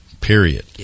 Period